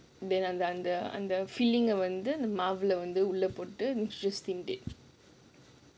then அந்த அந்த அந்த:andha andha andha filling வந்து மாவுல வந்து உள்ள போட்டு:vandhu maavula vandhu ulla potuttu she steamed it